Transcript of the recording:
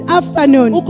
afternoon